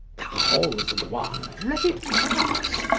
pet. all's one, let it pass.